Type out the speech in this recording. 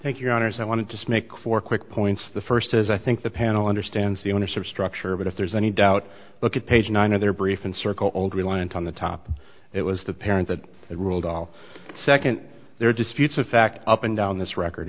thank your honour's i wanted to snake for quick points the first is i think the panel understands the ownership structure but if there's any doubt look at page nine of their brief and circle old reliant on the top it was the parent that ruled all second their disputes of fact up and down this record